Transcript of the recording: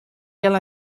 ela